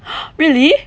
really